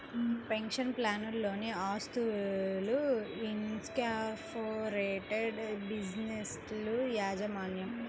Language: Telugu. పెన్షన్ ప్లాన్లలోని ఆస్తులు, ఇన్కార్పొరేటెడ్ బిజినెస్ల యాజమాన్యం